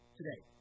today